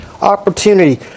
opportunity